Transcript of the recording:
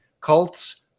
cults